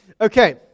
Okay